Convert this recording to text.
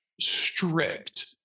strict